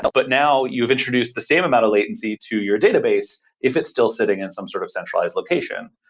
but now you've introduced the same amount of latency to your database if it's still sitting in some sort of centralized location.